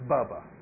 Bubba